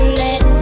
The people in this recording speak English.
let